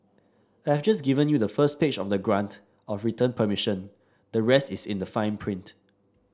I have just given you the first page of the grant of return permission the rest is in the fine print